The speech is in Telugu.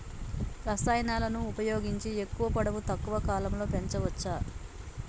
రసాయనాలను ఉపయోగించి ఎక్కువ పొడవు తక్కువ కాలంలో పెంచవచ్చా?